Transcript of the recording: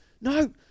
No